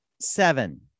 Seven